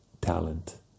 talent